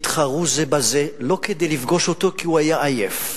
התחרו זה בזה לא כדי לפגוש אותו, כי הוא היה עייף.